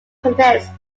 connects